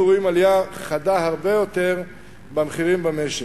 רואים עלייה חדה הרבה יותר במחירים במשק.